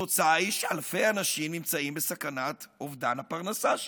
התוצאה היא שאלפי אנשים נמצאים בסכנת אובדן הפרנסה שלהם.